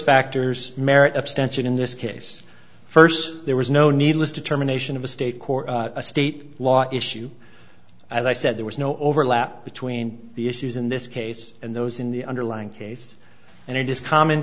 factors merit abstention in this case first there was no needless determination of a state court a state law issue as i said there was no overlap between the issues in this case and those in the underlying case and it is common